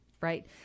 Right